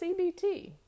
CBT